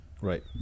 right